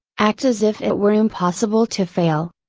act as if it were impossible to fail.